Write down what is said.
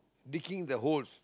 digging the holes